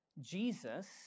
Jesus